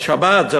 על שבת.